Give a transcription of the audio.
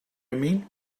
mean